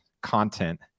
content